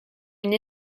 une